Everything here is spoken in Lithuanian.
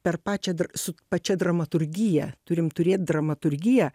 per pačią su pačia dramaturgija turim turėt dramaturgiją